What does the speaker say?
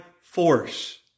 force